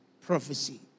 prophecy